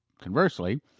Conversely